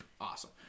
awesome